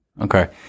Okay